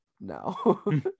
no